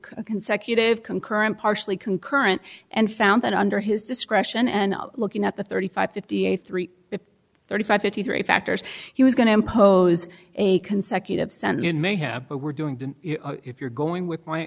consecutive concurrent partially concurrent and found that under his discretion and looking at the thirty five fifty eight three thirty five fifty three factors he was going to impose a consecutive sent in may have but we're doing if you're going with